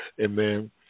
Amen